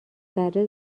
ذره